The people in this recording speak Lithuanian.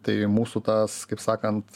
tai mūsų tas kaip sakant